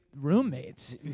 roommates